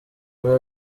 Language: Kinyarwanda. ubwo